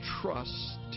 Trust